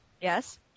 Yes